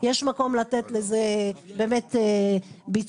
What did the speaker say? יש מקום לתת לזה באמת ביצוע